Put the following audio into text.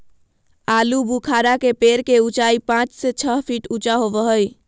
आलूबुखारा के पेड़ के उचाई पांच से छह फीट ऊँचा होबो हइ